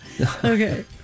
Okay